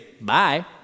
bye